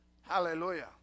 Hallelujah